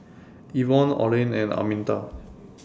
Ivonne Olen and Arminta